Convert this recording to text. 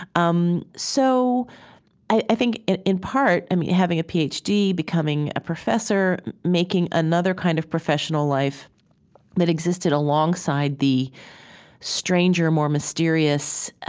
um so i i think in part, i mean, having a ph d, becoming a professor, making another kind of professional life that existed alongside the stranger, more mysterious,